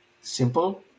simple